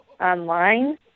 online